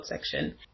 section